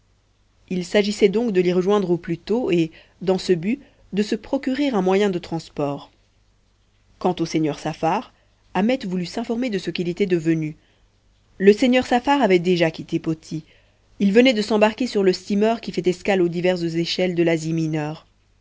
il s'agissait donc de l'y rejoindre au plus tôt et dans ce but de se procurer un moyen de transport quant au seigneur saffar ahmet voulut s'informer de ce qu'il était devenu le seigneur saffar avait déjà quitté poti il venait de s'embarquer sur le steamer qui fait escale aux diverses échelles de l'asie mineure